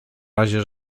razie